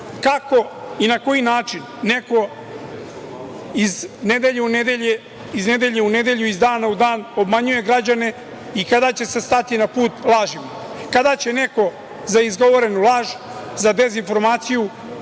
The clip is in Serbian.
Kako i na koji način neko iz nedelje u nedelju, iz dana u dan obmanjuje građane i kada će se stati na put lažima? Kada će neko za izgovorenu laž, za dezinformaciju